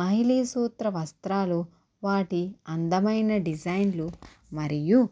మహిలీ సూత్ర సూత్ర వస్త్రాలు వాటి అందమైన డిజైన్లు మరియు